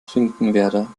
finkenwerder